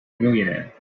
millionaire